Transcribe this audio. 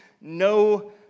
no